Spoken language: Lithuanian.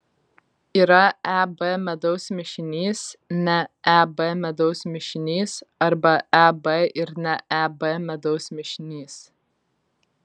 yra eb medaus mišinys ne eb medaus mišinys arba eb ir ne eb medaus mišinys